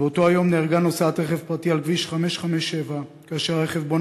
באותו יום נהרגה נוסעת רכב פרטי על כביש 557 כאשר הרכב שבו